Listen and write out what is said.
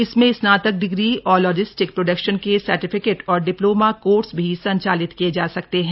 इसमें स्नातक डिग्री और लॉजिस्टिक प्रोडक्शन के सर्टिफिकेट और डिप्लोमा कोर्स भी संचालित किए जा सकते हैं